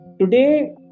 today